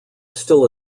still